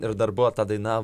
ir dar buvo ta daina